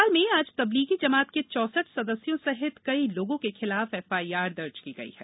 भोपाल में आज तबलीगी जमात के चौसठ सदस्यों सहित कई लोगों के खिलाफ एफआईआर दर्ज की गई है